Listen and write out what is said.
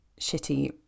shitty